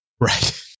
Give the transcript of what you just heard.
Right